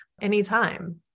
anytime